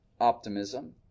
optimism